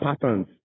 patterns